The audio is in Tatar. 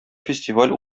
фестиваль